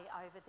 over